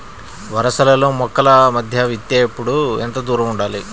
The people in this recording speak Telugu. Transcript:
వరసలలో మొక్కల మధ్య విత్తేప్పుడు ఎంతదూరం ఉండాలి?